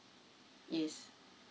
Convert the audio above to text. yes